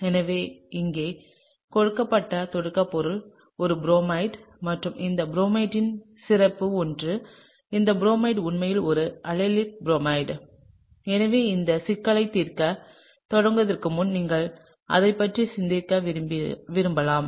எனவே இங்கே கொடுக்கப்பட்ட தொடக்க பொருள் ஒரு புரோமைடு மற்றும் இந்த புரோமைட்டின் சிறப்பு ஒன்று இந்த புரோமைடு உண்மையில் ஒரு அல்லிலிக் புரோமைடு எனவே இந்த சிக்கலைத் தீர்க்கத் தொடங்குவதற்கு முன்பு நீங்கள் அதைப் பற்றி சிந்திக்க விரும்பலாம்